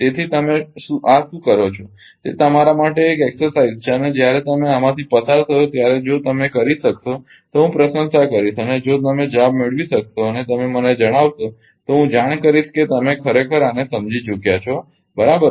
તેથી તમે આ શું કરશો તે તમારા માટે એક કસરત છે અને જ્યારે તમે આમાંથી પસાર થશો ત્યારે જો તમે કરી શકશો તો હું પ્રશંસા કરીશ અને જો તમે જવાબ મેળવી શકશો અને મને જણાવશો તો હું જાણ કરીશ કે તમે ખરેખર આને સમજી ચૂક્યા છે બરાબર